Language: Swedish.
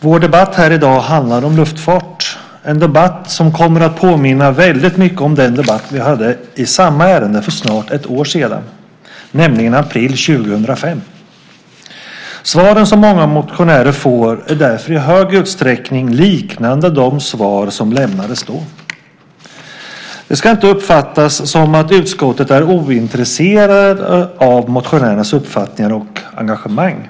Vår debatt i dag i denna del handlar om luftfart, en debatt som kommer att påminna väldigt mycket om den debatt vi hade i samma ärende för snart ett år sedan, nämligen i april 2005. Svaren till många motionärer är därför i stor utsträckning liknande de svar som lämnades då. Det ska inte uppfattas som att utskottet är ointresserat av motionärernas uppfattningar och engagemang.